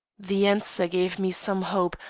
the answer gave me some hope,